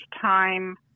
time